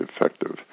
effective